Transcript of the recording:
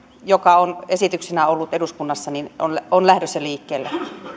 joka on esityksenä ollut eduskunnassa on lähdössä liikkeelle